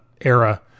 era